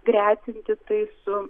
gretinti tai su